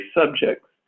subjects